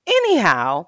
anyhow